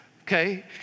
okay